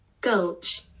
Gulch